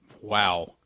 Wow